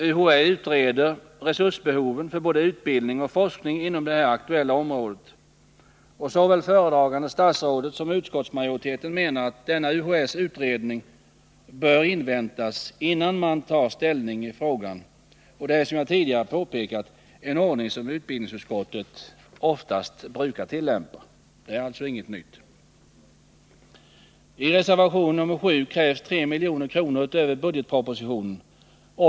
UHÄ utreder resursbehoven för både utbildning och forskning inom det aktuella området. Såväl föredragande statsrådet som utskottsmajoriteten menar att denna UHÄ:s utredning bör inväntas innan man tar ställning i frågan. Det är, som jag tidigare påpekade, en ordning som utbildningsutskottet oftast brukar tillämpa. I reservation 7 krävs 3 milj.kr. utöver budgetpropositionens förslag.